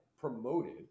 promoted